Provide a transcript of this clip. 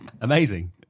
Amazing